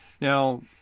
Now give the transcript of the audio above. Now